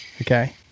Okay